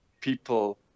people